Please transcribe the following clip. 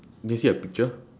do you see a picture